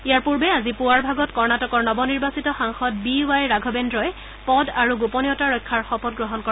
ইয়াৰ পূৰ্বে আজি পুৱাৰ ভাগত কৰ্ণাটকৰ নৱ নিৰ্বাচিত সাংসদ বি ৱাই ৰাঘবেদ্ৰই পদ আৰু গোপনীয়তাৰ ৰক্ষাৰ শপত গ্ৰহণ কৰে